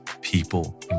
people